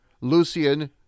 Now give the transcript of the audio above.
Lucian